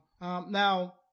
Now